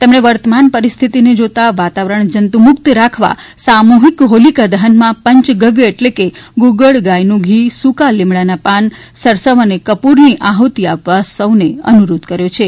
તેમણે વર્તમાન પરિસ્થિતી જોતાં વાતાવરણ જંતુમુક્ત રાખવા સામૂહિક હોલિકા દહનમાં પંચ ગવ્ય એટ્લે કે ગુગળ ગાયનું ઘી સૂકા લીમડાના પાન સરસવ અને કપૂરની આઠ્તિ આપવા સૌને અનુરોધ કર્યો છે